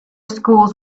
school’s